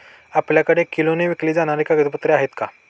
आपल्याकडे किलोने विकली जाणारी कागदपत्रे आहेत का?